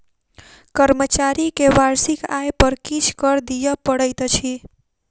कर्मचारी के वार्षिक आय पर किछ कर दिअ पड़ैत अछि